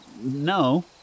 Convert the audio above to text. no